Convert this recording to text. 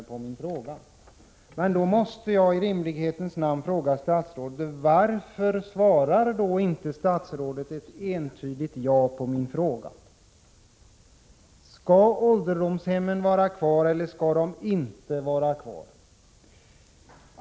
Jag måste då fråga statsrådet: Varför i rimlighetens namn svarar då inte statsrådet ett entydigt ja på min fråga? Skall ålderdomshemmen vara kvar, eller skall de inte vara kvar?